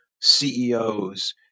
CEOs